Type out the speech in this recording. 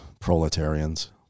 proletarians